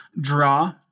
Draw